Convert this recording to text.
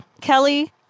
Kelly